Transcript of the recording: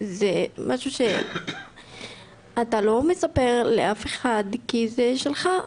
זה משהו שאתה לא מספר לאף אחד כי זה שלך,